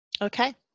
okay